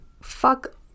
fuck